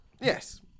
Yes